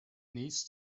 needs